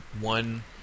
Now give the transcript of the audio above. one